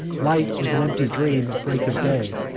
light as an empty dream at break of day,